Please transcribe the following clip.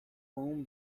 poem